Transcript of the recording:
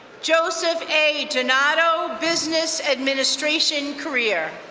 joseph a. denado, business administration career.